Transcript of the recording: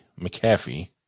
McAfee